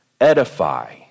edify